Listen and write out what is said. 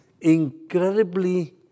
incredibly